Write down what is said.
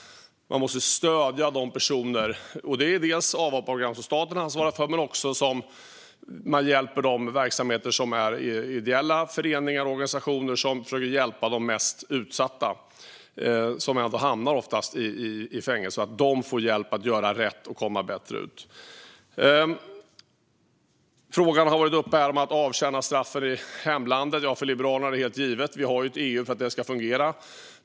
Man måste stödja dessa personer. Det gäller dels avhopparprogram som staten ansvarar för, dels de verksamheter som ideella föreningar och organisationer driver där man försöker hjälpa de mest utsatta, som ju oftast hamnar i fängelse. De ska få hjälp att göra rätt och komma bättre ut. Frågan om att avtjäna straff i hemlandet har varit uppe här. För Liberalerna är det helt givet. Vi har ett EU för att det ska fungera.